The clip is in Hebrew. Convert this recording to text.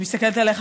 אני מסתכלת עליך,